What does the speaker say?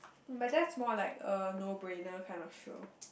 but that's more like a no brainer kind of show